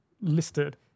listed